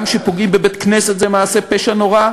כשפוגעים בבית-כנסת זה מעשה פשע נורא,